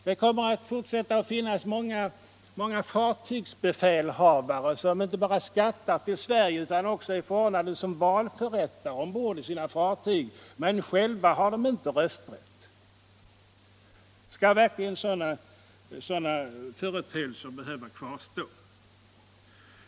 Det kommer fortfarande att finnas många fartygsbefälhavare som inte bara skattar i Sverige utan också är förordnade som valförrättare ombord i sina fartyg, men själva inte har rösträtt! Skall verkligen sådana företeelser behöva kvarstå?